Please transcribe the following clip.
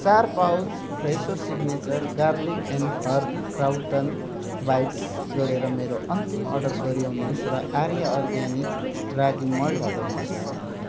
चार pouch Fresho signature garlic and herb crouton bites जोडेर मेरो अन्तिम अर्डर दोहोऱ्याउनुहोस् र आर्य अर्ग्यानिक रागी मल्ट हटाउनुहोस्